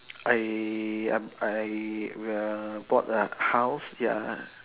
I I'm I err bought a house ya